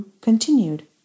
continued